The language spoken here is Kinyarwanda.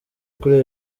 kuri